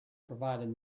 provided